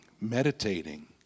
meditating